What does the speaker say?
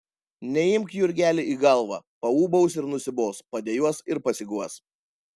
neimk jurgeli į galvą paūbaus ir nusibos padejuos ir pasiguos